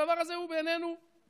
הדבר הזה הוא בעינינו פשוט,